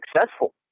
successful